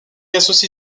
associe